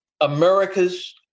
America's